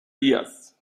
días